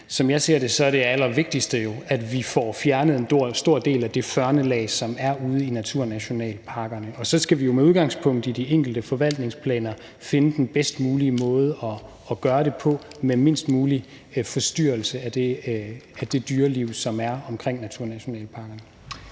som jeg ser det, er det allervigtigste jo, at vi får fjernet en stor del at det førnelag, som der er ude i naturnationalparkerne, og så skal vi jo med udgangspunkt i de enkelte forvaltningsplaner finde den bedst mulige måde at gøre det på med mindst mulig forstyrrelse af det dyreliv, som der er omkring naturnationalparkerne.